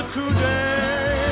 today